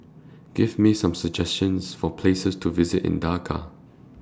Give Me Some suggestions For Places to visit in Dhaka